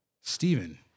Stephen